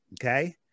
okay